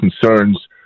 concerns